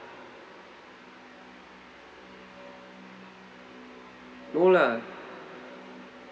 no lah